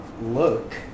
look